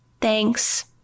Thanks